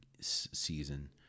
season